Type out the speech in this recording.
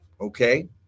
okay